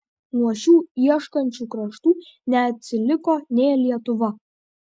nuo šių ieškančių kraštų neatsiliko nė lietuva